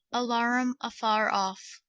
alarum a farre off.